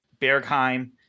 Bergheim